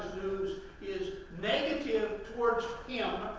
news is negative towards him,